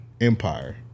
Empire